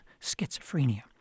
schizophrenia